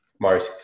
mario